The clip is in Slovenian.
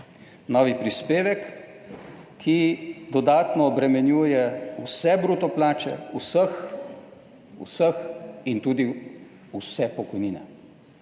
Novi prispevek, ki dodatno obremenjuje vse bruto plače vseh, vseh in tudi vse pokojnine,